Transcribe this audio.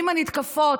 הנשים הנתקפות,